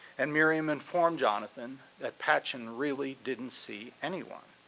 and miriam informed jonathan that patchen really didn't see anyone.